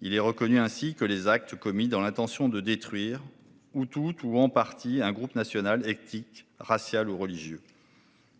Il est reconnu dans le cas d'« actes, commis dans l'intention de détruire, ou tout ou en partie, un groupe national, ethnique, racial ou religieux ».